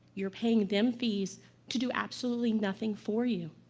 you're paying them fees to do absolutely nothing for you.